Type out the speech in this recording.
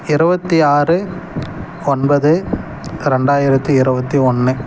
இருபத்தி ஆறு ஒன்பது ரெண்டாயிரத்து இருபத்தி ஒன்று